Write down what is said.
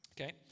okay